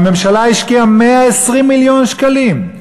הממשלה השקיעה 120 מיליון שקלים,